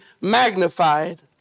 magnified